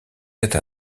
êtes